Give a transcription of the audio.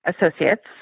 associates